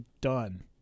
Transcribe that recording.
done